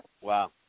Wow